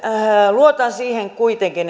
luotan kuitenkin